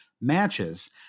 matches